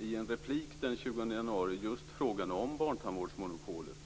i en replik den 20 januari just en fråga om barntandvårdsmonopolet.